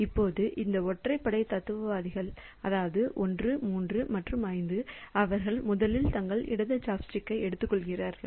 இப்போது இந்த ஒற்றைப்படை தத்துவவாதிகள் அதாவது 1 3 மற்றும் 5 அவர்கள் முதலில் தங்கள் இடது சாப்ஸ்டிக்கை எடுத்துக்கொள்கிறார்கள்